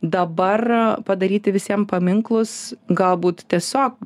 dabar padaryti visiem paminklus galbūt tiesiog